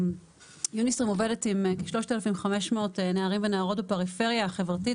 יוניסטרים עובדת עם 3,500 נערים ונערות בפריפריה החברתית,